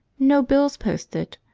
no bills posted,